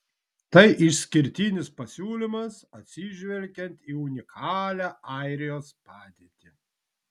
tai išskirtinis pasiūlymas atsižvelgiant į unikalią airijos padėtį